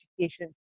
education